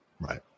right